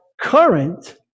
current